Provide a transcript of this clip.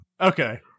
Okay